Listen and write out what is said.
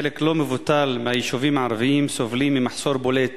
חלק לא מבוטל מהיישובים הערביים סובלים ממחסור בולט